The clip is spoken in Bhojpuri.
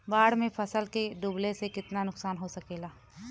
बाढ़ मे फसल के डुबले से कितना नुकसान हो सकेला?